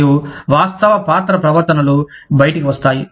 మరియు వాస్తవ పాత్ర ప్రవర్తనలు బయటికి వస్తాయి